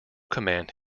command